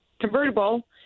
convertible